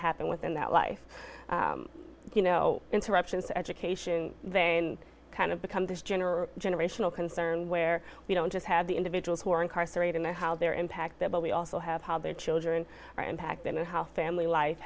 happen within that life you know interruptions education they kind of become this general generational concern where we don't just have the individuals who are incarcerated and how they're impact that but we also have how their children are impacted and how family life